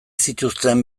zituzten